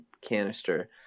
canister